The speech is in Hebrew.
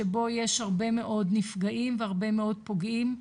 שבו יש הרבה מאוד נפגעים והרבה מאוד פוגעים,